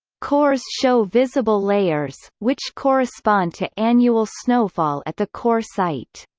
cores show visible layers, which correspond to annual snowfall at the core site.